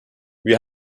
wir